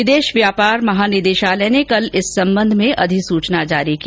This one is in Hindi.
विदेश व्यापार महानिदेशालय ने कल इस संबंध में अधिसूचना जारी की